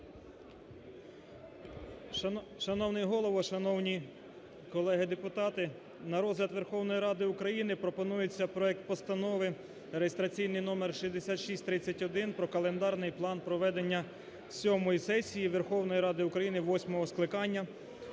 Шановний Голово! Шановні колеги народні депутати! На розгляд Верховної Ради України пропонується проект Постанови (реєстраційний номер 6631) про календарний план проведення сьомої сесії Верховної Ради України восьмого скликання,